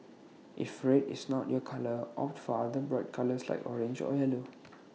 if red is not your colour opt for other bright colours like orange or yellow